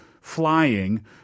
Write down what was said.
flying